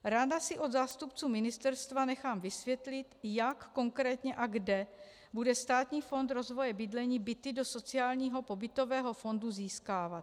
Ráda si od zástupců ministerstva nechám vysvětlit, jak konkrétně a kde bude Státní fond rozvoje bydlení byty do sociálního pobytového fondu získávat.